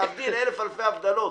להבדיל אלף אלפי הבדלות,